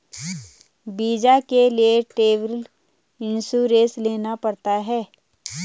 visa के लिए travel insurance लेना पड़ता है